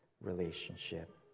relationship